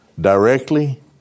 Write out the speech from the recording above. directly